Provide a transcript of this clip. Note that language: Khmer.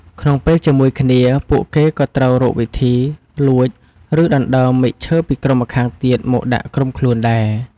ក្នុងពេលជាមួយគ្នា ពួកគេក៏ត្រូវរកវិធី លួច ឬដណ្ដើម មែកឈើពីក្រុមម្ខាងទៀតមកដាក់ក្រុមខ្លួនដែរ។